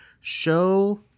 Show